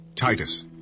Titus